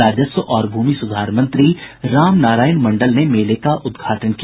राजस्व और भूमि सुधार मंत्री राम नारायण मंडल ने मेले का उद्घाटन किया